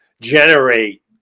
generate